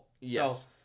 Yes